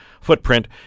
footprint